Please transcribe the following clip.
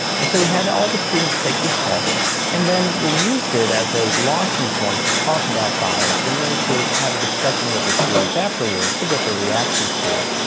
and so we had all the students take this test and then we used it as a launching point to talk about bias and then to have a discussion with the students afterwards to get their reactions to it.